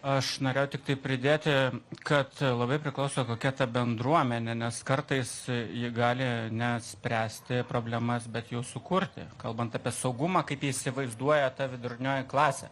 aš norėjau tiktai pridėti kad labai priklauso kokia ta bendruomenė nes kartais ji gali ne spręsti problemas bet jų sukurti kalbant apie saugumą kaip jie įsivaizduoja ta vidurinioji klasė